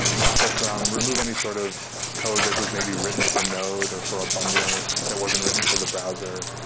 process them, remove any sort of code that was maybe written for node or for a bungler that wasn't written for the browser.